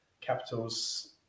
Capitals